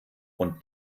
und